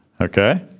Okay